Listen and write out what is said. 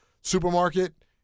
supermarket